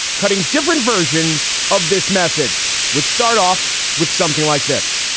cutting different versions of this message would start off with something like this